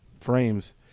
frames